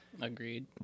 Agreed